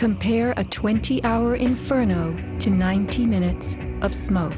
compare a twenty hour inferno to ninety minutes of smoke